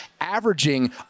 averaging